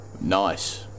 nice